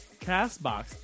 Castbox